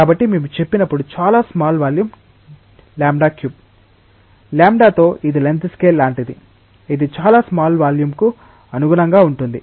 కాబట్టి మేము చెప్పినప్పుడు చాలా స్మాల్ వాల్యూమ్ λ3 λ తో ఇది లెంగ్త్ స్కేల్ లాంటిది ఇది చాలా స్మాల్ వాల్యూమ్కు అనుగుణంగా ఉంటుంది